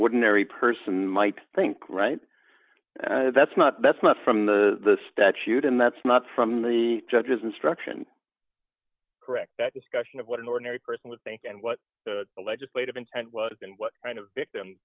ordinary person might think right and that's not that's not from the statute and that's not from the judge's instruction correct that discussion of what an ordinary person with think and what the legislative intent was and what kind of victim